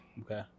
Okay